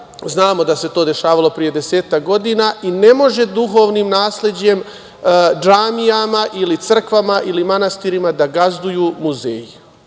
Znamo da se to dešavalo pre desetak godina. Ne može duhovnim nasleđem, džamijama ili crkvama ili manastirima da gazduju muzeji.